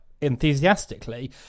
enthusiastically